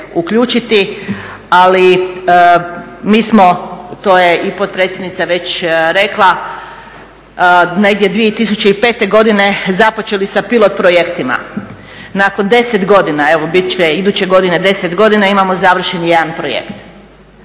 uključiti. Ali mi smo, to je i potpredsjednica već rekla negdje 2005. godine započeli sa pilot projektima. Nakon 10 godina, evo biti će iduće godine 10 godina imamo završeni jedan projekt.